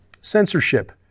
censorship